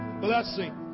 Blessing